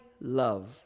love